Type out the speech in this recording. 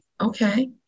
okay